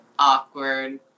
awkward